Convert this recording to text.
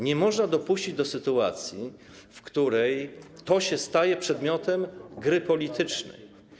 Nie można dopuścić do sytuacji, w której to staje się przedmiotem gry politycznej.